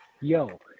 Yo